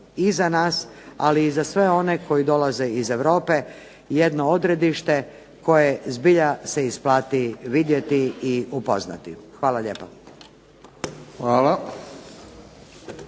iza nas, ali i za sve one koji dolaze iz Europe jedno odredište koje zbilja se isplati vidjeti i upoznati. Hvala lijepo.